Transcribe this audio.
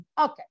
Okay